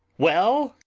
well?